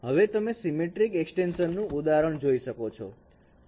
હવે તમે symmetric extension નું ઉદાહરણ જોઈ શકો છો